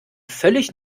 völlig